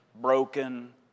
broken